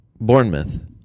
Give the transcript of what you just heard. Bournemouth